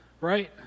right